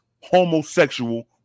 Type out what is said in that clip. homosexual